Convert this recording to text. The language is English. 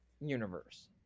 universe